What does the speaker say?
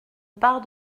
part